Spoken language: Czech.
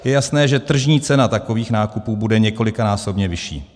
Je jasné, že tržní cena takových nákupů bude několikanásobně vyšší.